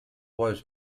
was